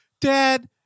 dad